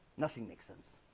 nothing makes sense